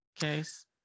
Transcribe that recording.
case